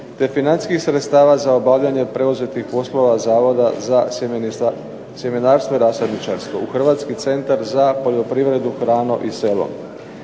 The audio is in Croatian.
te financijskih sredstava z za obavljanje preuzetih poslova Zavoda za sjemenarstvo i rasadničarstva u Hrvatski centar za poljoprivredu, hranu i selo.